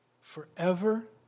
Forever